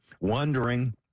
wondering